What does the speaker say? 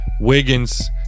Wiggins